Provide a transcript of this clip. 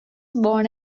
born